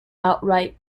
outright